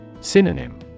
Synonym